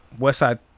Westside